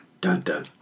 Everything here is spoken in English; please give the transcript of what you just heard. Dun-dun